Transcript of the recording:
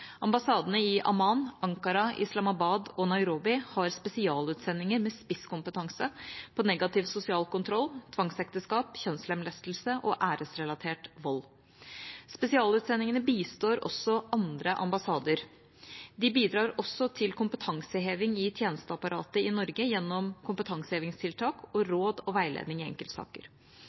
Ambassadene i Amman, Ankara, Islamabad og Nairobi har spesialutsendinger med spisskompetanse på negativ sosial kontroll, tvangsekteskap, kjønnslemlestelse og æresrelatert vold. Spesialutsendingene bistår også andre ambassader. De bidrar også til kompetanseheving i tjenesteapparatet i Norge gjennom kompetansehevingstiltak og råd og veiledning i enkeltsaker.